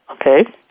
Okay